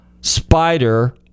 Spider